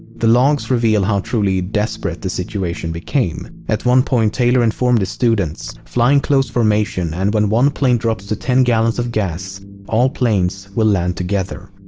the logs reveal how truly desperate the situation became. at one point taylor informed his students fly and close formation and when one plane drops to ten gallons of gas all planes will land together.